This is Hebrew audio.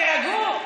תירגעו.